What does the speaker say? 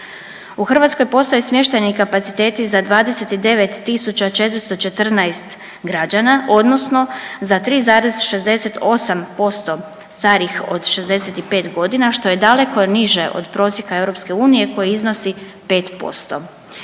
U Hrvatskoj postoje smještajni kapaciteti za 29.414 građana odnosno za 3,68% starijih od 65 godina što je daleko niže od prosjeka EU koji iznosi 5%,